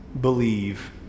believe